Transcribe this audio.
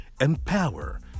empower